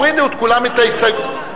הורידו כולם את ההסתייגויות,